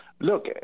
Look